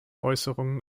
äußerungen